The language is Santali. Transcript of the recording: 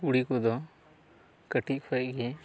ᱠᱩᱲᱤ ᱠᱚᱫᱚ ᱠᱟᱹᱴᱤᱡ ᱠᱷᱚᱡ ᱜᱮ